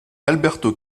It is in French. alberto